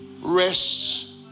rests